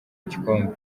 igikombe